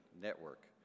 Network